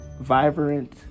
vibrant